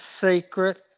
secret